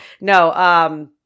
No